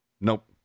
Nope